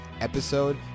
episode